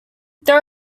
there